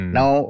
Now